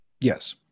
yes